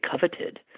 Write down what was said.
coveted